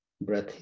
breath